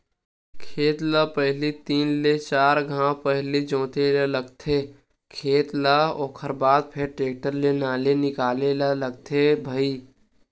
खेत ल पहिली तीन ले चार घांव पहिली जोते ल लगथे खेत ल ओखर बाद फेर टेक्टर ले नाली निकाले ल लगथे भई